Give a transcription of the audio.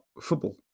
football